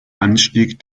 anstieg